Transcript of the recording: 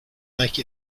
make